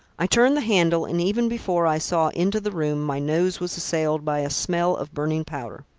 i turned the handle, and even before i saw into the room, my nose was assailed by a smell of burning powder.